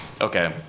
okay